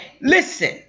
listen